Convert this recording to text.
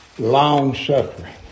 Long-suffering